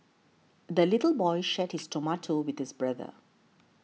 the little boy shared his tomato with his brother